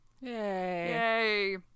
Yay